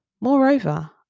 Moreover